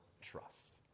trust